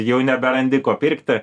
jau neberandi ko pirkti